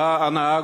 הנהג,